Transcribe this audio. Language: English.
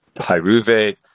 pyruvate